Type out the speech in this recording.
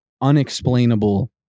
unexplainable